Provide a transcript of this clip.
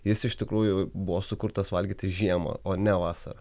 jis iš tikrųjų buvo sukurtas valgyti žiemą o ne vasarą